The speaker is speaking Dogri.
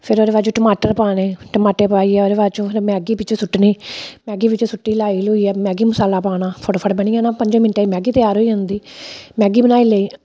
फिर ओह्दे बाच टमाटर पाने टमाटर पाइयै ओह्दे बाद चूं फिर मैगी बिच्चूं सुट्टनी मैगी बिच्चू सुट्टी लाई लुइये मैगी मसाला पाना फटाफट बनी जाना मैगी पंजें मिंटें च मैगी तैयार होई जंदी मैगी बनाई लेई